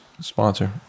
sponsor